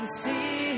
see